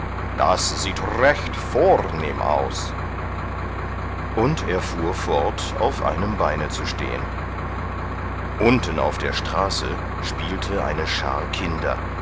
das sieht recht vornehm aus und er fuhr fort auf einem beine zu stehen unten auf der straße spielte eine schar kinder